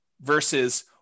versus